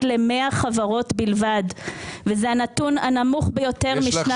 ל-100 חברות בלבד וזה הנתון הנמוך ביותר מ-2014.